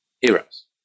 heroes